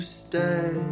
stay